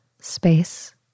space